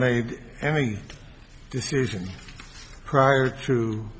made any decision prior to